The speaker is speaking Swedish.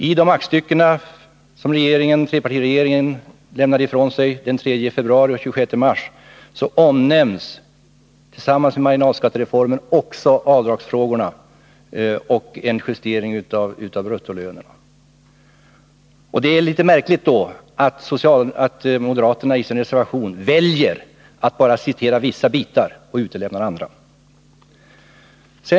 I de aktstycken som trepartiregeringen lämnade ifrån sig den 3 februari och den 26 mars omnämns förutom marginalskattereformen också avdragsfrågorna och en justering av bruttolönerna. Det är litet märkligt att moderaterna i sin reservation väljer att bara citera vissa bitar och utelämna andra.